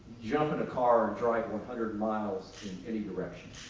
jump in a car and drive one hundred miles in any direction